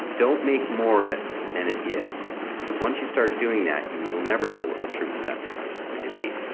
don't make more of it than it is because once you start doing that you will never know what the truth of that memory is going to be.